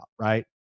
right